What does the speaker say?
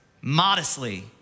modestly